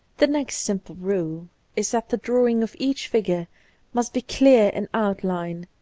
the next simple rule is that the drawing of each figure must be clear in outline,